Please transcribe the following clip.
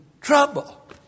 trouble